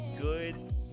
good